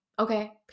okay